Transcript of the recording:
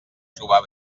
trobar